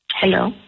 Hello